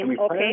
Okay